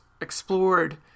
explored